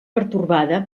pertorbada